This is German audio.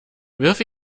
wirf